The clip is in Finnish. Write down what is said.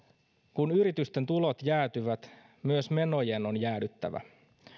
kun yritysten tulot jäätyvät myös menojen on jäädyttävä